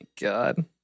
god